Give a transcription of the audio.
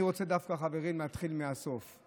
אני רוצה, חברים, להתחיל דווקא מהסוף: